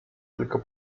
tylko